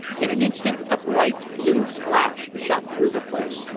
in an instant a bright blue flash shot through the place,